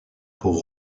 pour